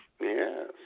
Yes